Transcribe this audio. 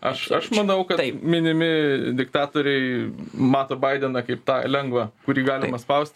aš aš manau kad minimi diktatoriai mato baideną kaip tą lengvą kurį galima spausti